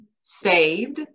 saved